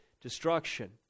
destruction